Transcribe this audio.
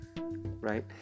Right